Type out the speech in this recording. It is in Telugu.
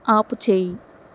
ఆపుచేయి